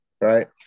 right